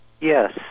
Yes